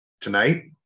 tonight